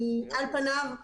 נסעת פעם ברכבת?